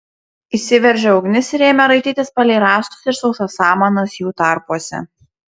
įsiveržė ugnis ir ėmė raitytis palei rąstus ir sausas samanas jų tarpuose